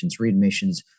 readmissions